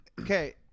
okay